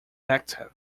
active